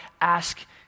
Ask